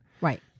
Right